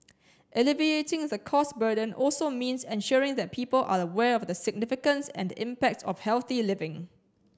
alleviating the cost burden also means ensuring that people are aware of the significance and impact of healthy living